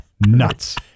Nuts